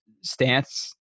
stance